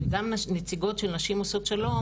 גם נציגות של נשים עושות שלום,